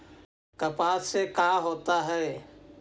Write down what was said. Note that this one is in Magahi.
कपास से का होता है?